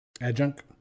Adjunct